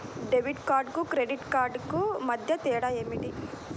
Debit కార్డుకు credit క్రెడిట్ కార్డుకు మధ్య తేడా ఏమిటీ?